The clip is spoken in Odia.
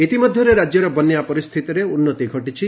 ଇତିମଧ୍ୟରେ ରାଜ୍ୟର ବନ୍ୟା ପରିସ୍ଥିତିରେ ଉନ୍ନତି ଘଟିଛି